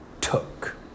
took